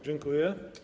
Dziękuję.